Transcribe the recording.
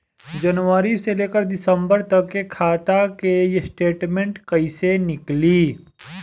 जनवरी से लेकर दिसंबर तक के खाता के स्टेटमेंट कइसे निकलि?